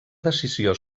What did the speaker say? decisió